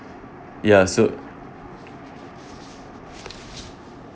ya so